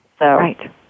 Right